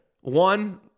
One